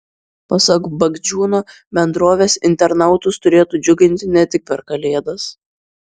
pasak bagdžiūno bendrovės internautus turėtų džiuginti ne tik per kalėdas